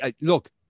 Look